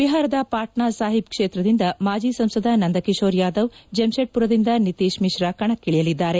ಬಿಹಾರದ ಪಾಟ್ತಾ ಸಾಹಿಬ್ ಕ್ಷೇತ್ರದಿಂದ ಮಾಜಿ ಸಂಸದ ನಂದಕಿಶೋರ್ ಯಾದವ್ ಜೆಮ್ಶೆಡ್ಪುರದಿಂದ ನಿತೀಶ್ ಮಿಶ್ರಾ ಕಣಕ್ಕಿ ಳಿಯಲಿದ್ದಾರೆ